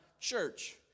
church